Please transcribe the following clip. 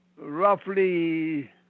Roughly